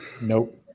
Nope